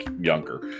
younger